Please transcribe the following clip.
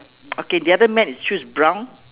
okay the other man his shoe is brown